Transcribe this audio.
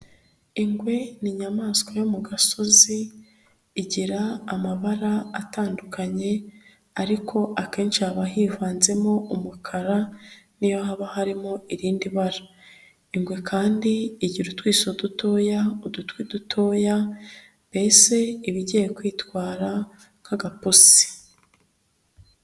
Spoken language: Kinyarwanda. Ingwe n'inyamaswa yo mu gasozi, igira amabara atandukanye ariko akenshi haba hivanzemo umukara, n'iyo haba harimo irindi bara, ingwe kandi igira utwiso dutoya, udutwi dutoya mbese iba igiye kwitwara nk'agapusi.